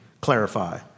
clarify